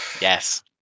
Yes